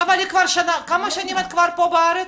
אבל, כמה שנים את כבר פה בארץ?